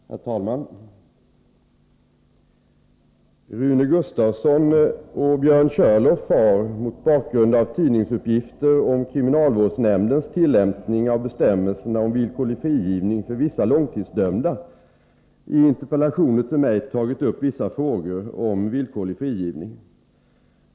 Herr talman! Rune Gustavsson och Björn Körlof har — mot bakgrund av tidningsuppgifter om kriminalvårdsnämndens tillämpning av bestämmelserna om villkorlig frigivning för vissa långtidsdömda — i interpellationer till mig tagit upp vissa frågor om villkorlig frigivning.